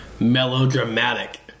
melodramatic